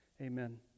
Amen